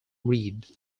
reed